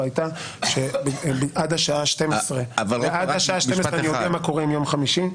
הייתה שעד השעה 12:00 אני אודיע מה קורה עם יום חמישי.